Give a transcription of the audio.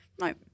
No